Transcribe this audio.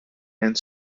and